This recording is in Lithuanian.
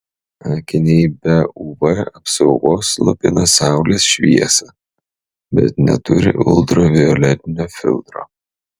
akiniai be uv apsaugos slopina saulės šviesą bet neturi ultravioletinio filtro